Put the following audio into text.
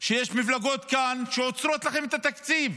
שיש מפלגות כאן שעוצרות לכם את התקציב